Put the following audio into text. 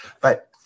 but-